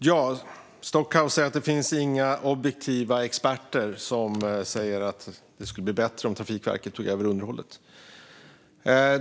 Fru talman! Stockhaus säger att inga objektiva experter säger att det skulle bli bättre om Trafikverket tog över underhållet.